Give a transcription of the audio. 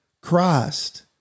Christ